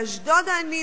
באשדוד העניים.